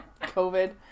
COVID